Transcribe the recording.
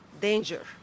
danger